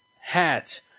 hats